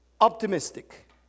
optimistic